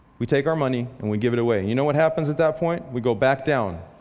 we take our money and we give it away. you know what happens at that point? we go back down.